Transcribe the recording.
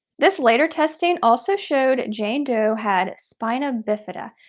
this later testing also showed jane doe had spina bifida.